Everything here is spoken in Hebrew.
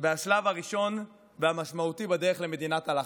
השלב הראשון והמשמעותי בדרך למדינת הלכה.